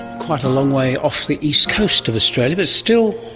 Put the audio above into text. quite a long way off the east coast of australia, but still